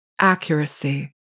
accuracy